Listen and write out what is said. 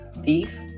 thief